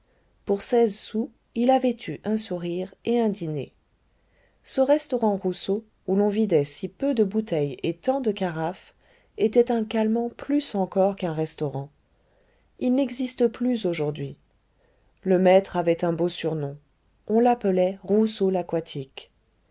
pour seize sous il avait eu un sourire et un dîner ce restaurant rousseau où l'on vidait si peu de bouteilles et tant de carafes était un calmant plus encore qu'un restaurant il n'existe plus aujourd'hui le maître avait un beau surnom on l'appelait rousseau l'aquatique